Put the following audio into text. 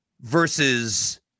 versus